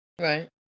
Right